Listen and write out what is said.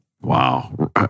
Wow